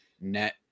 net